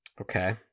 Okay